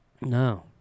No